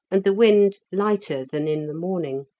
and the wind lighter than in the morning.